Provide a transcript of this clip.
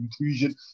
inclusion